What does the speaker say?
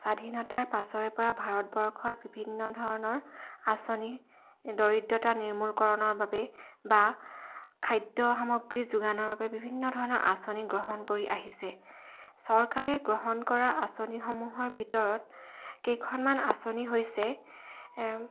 স্বাধীনতাৰ পাছৰে পৰা ভাৰতবৰ্ষত বিভিন্ন ধৰণৰ আঁচনি দৰিদ্ৰতা নিৰ্মূলকৰণৰ বাবে বা খাদ্য সামগ্ৰীৰ যোগানৰ বাবে বিভিন্ন ধৰণৰ আঁচনি গ্ৰহণ কৰি আহিছে চৰকাৰে গ্ৰহণ কৰা আঁচনিসমূহৰ ভিতৰত কেইখনমান আঁচনি হৈছে